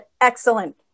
excellent